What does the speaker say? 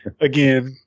again